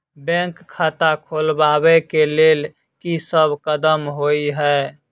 Bank खाता खोलबाबै केँ लेल की सब कदम होइ हय?